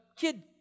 kid